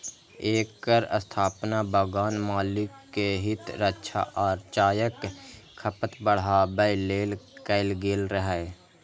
एकर स्थापना बगान मालिक के हित रक्षा आ चायक खपत बढ़ाबै लेल कैल गेल रहै